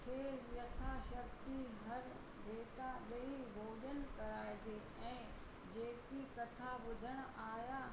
खे यथा शक्ति हर जेका ॾई भोॼन कराएजे ऐं जेकी कथा ॿुधण आहिया